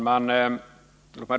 Herr talman!